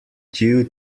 due